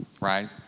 Right